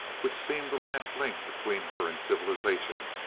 which seemed the last link between her and civilization,